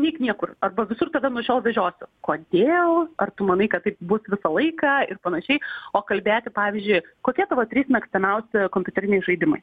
neeik niekur arba visur tave nuo šiol vežiosiu kodėl ar tu manai kad taip bus visą laiką ir panašiai o kalbėti pavyzdžiui kokie tavo trys mėgstamiausi kompiuteriniai žaidimai